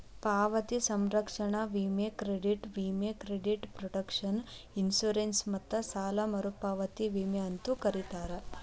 ಪಾವತಿ ಸಂರಕ್ಷಣಾ ವಿಮೆ ಕ್ರೆಡಿಟ್ ವಿಮೆ ಕ್ರೆಡಿಟ್ ಪ್ರೊಟೆಕ್ಷನ್ ಇನ್ಶೂರೆನ್ಸ್ ಮತ್ತ ಸಾಲ ಮರುಪಾವತಿ ವಿಮೆ ಅಂತೂ ಕರೇತಾರ